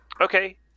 Okay